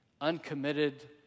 uncommitted